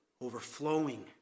overflowing